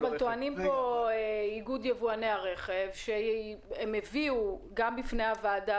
טוענים פה נציגי איגוד יבואני הרכב שהם הביאו בפני הוועדה